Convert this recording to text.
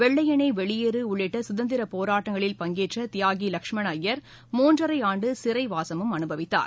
வெள்ளையனேவெளியேறுஉள்ளிட்டசுதந்திரபோராட்டங்களில் பங்கேற்றதியாகி லஷ்மணனஅய்யர் மூன்றரைஆண்டுசிறைவாசமும் அனுபவித்தார்